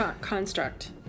construct